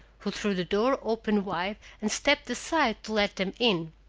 who threw the door open wide and stepped aside to let them in.